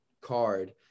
card